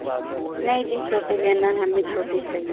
नहीं जी छोटे लेना हमें छोटे चाहिए